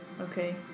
Okay